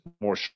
more